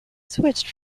switched